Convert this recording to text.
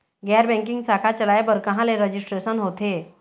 गैर बैंकिंग शाखा चलाए बर कहां ले रजिस्ट्रेशन होथे?